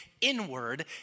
inward